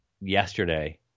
yesterday